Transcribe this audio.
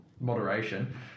moderation